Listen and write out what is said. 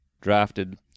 drafted